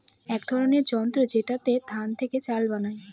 এক ধরনের যন্ত্র যেটাতে ধান থেকে চাল বানায়